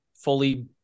fully